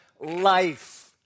life